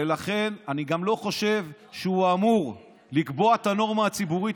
ולכן אני גם לא חושב שהוא אמור לקבוע את הנורמה הציבורית.